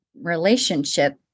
relationship